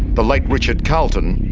but like richard carleton,